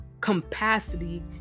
capacity